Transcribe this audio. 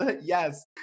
yes